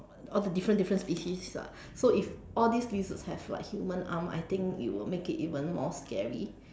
all the different different species [what] so if all these lizards have like human arm I think it would make it even more scary